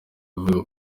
ivuga